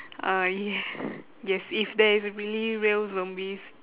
uh ya yes if there is really real zombies